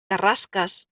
carrasques